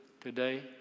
today